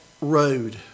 road